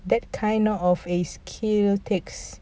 that kind of a skill takes